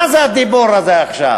מה זה הדיבור הזה עכשיו?